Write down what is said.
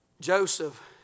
Joseph